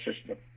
system